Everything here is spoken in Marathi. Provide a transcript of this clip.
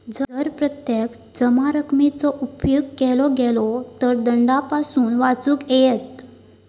जर प्रत्यक्ष जमा रकमेचो उपेग केलो गेलो तर दंडापासून वाचुक येयत